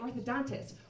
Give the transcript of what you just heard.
orthodontist